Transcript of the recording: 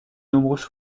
nombreuses